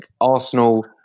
Arsenal